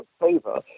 favor